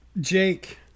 Jake